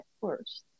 first